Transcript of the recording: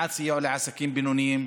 בעד סיוע לעסקים בינוניים,